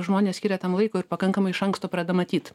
žmonės skiria tam laiko ir pakankamai iš anksto pradeda matyt